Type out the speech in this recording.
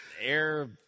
Air